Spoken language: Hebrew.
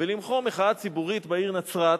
ולמחות מחאה ציבורית בעיר נצרת,